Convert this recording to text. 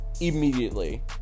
immediately